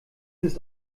ist